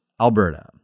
Alberta